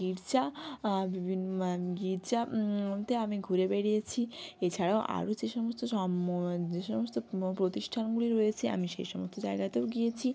গির্জা বিভিন গির্জাতে আমি ঘুরে বেরিয়েছি এছাড়াও আরও যে সমস্ত সম্ম যে সমস্ত প্রতিষ্ঠানগুলি রয়েছে আমি সেই সমস্ত জায়গাতেও গিয়েছি